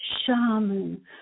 shaman